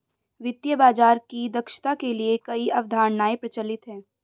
वित्तीय बाजार की दक्षता के लिए कई अवधारणाएं प्रचलित है